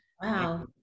Wow